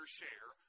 share